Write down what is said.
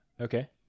Okay